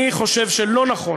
אני חושב שלא נכון,